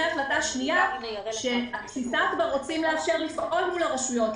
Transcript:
החלטה שנייה שעל בסיסה רוצים כבר לאפשר לפעול מול הרשויות,